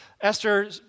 Esther